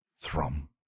Thrum